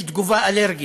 יש תגובה אלרגית,